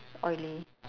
oily